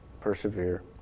persevere